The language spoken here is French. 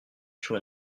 sur